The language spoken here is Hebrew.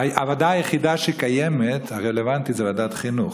הוועדה היחידה שקיימת, הרלוונטית, זו ועדת חינוך.